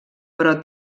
però